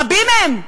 רבים מהם,